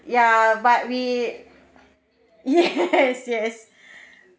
ya but we yes yes